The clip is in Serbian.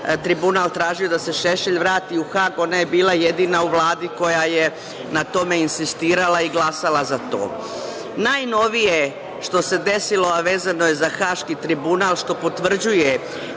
tribunal tražio da se Šešelj vrati u Hag, ona je bila jedina u Vladi koja je na tome insistirala i glasala za to. Najnovije što se desilo, a vezano je za Haški tribunal, što potvrđuje